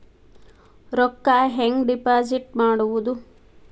ರೊಕ್ಕ ಹೆಂಗೆ ಡಿಪಾಸಿಟ್ ಮಾಡುವುದು?